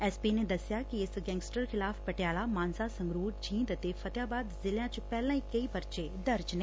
S P ਨੇ ਦਸਿਆ ਕਿ ਇਸ ਗੈਂਗਸਟਰ ਖਿਲਾਫ਼ ਪਟਿਆਲਾ ਮਾਨਸਾ ਸੰਗਰੂਰ ਜੀਂਦ ਅਤੇ ਫਤਿਆਬਾਦ ਜ਼ਿਲ੍ਹਿਆਂ ਚ ਪਹਿਲਾ ਹੀ ਕਈ ਪਰਚੇ ਦਰਜ ਨੇ